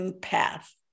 path